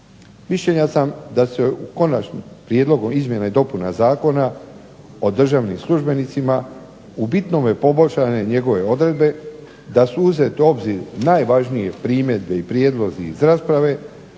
Mišljenja sam da se Konačnim prijedlogom izmjena i dopuna Zakona o državnim službenicima u bitnome poboljšane njegove odredbe, da su uzete u obzir najvažnije primjedbe i prijedlozi iz rasprave,